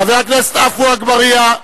חבר הכנסת עפו אגבאריה,